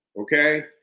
Okay